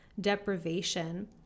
deprivation